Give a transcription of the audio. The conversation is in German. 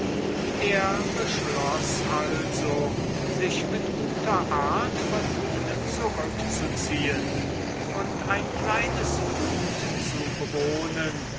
er beschloß also sich mit guter art von ihnen zurückzuziehen und ging ein kleines gut zu bewohnen